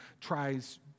tries